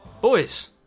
Boys